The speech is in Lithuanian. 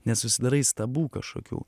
nesusidarai stabų kažkokių